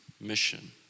mission